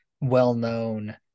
well-known